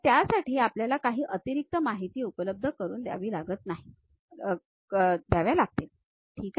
त्यासाठी आपल्याला काही अतिरिक्त features उपलब्ध करून द्यावी लागतील ठीक आहे